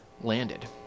landed